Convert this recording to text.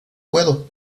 puedo